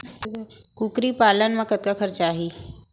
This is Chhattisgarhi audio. कुकरी पालन म कतका खरचा आही?